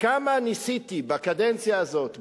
כמה ניסיתי בקדנציה הזאת,